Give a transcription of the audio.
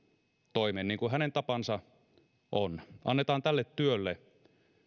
toimeen niin kuin hänen tapansa on annetaan tälle työlle